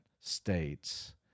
states